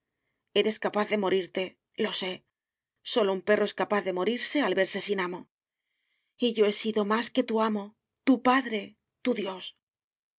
eres capaz de morirte lo sé sólo un perro es capaz de morirse al verse sin amo y yo he sido más que tu amo tu padre tu dios